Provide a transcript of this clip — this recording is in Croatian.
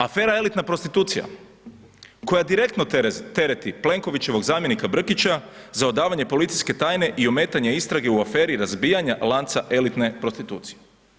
Afera elitna prostitucija, koja direktno tereti Plenkovićevog zamjenika Brkića za odavanje policijske tajne i ometanja istrage u aferi razbijanja lanca elitne prostitucije.